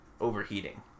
overheating